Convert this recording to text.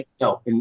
No